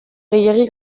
gehiegi